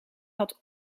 had